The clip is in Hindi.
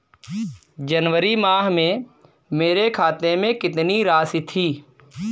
जनवरी माह में मेरे खाते में कितनी राशि थी?